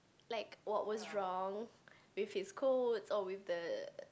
like what was wrong with his codes or with the